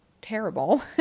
terrible